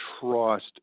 trust